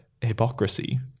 hypocrisy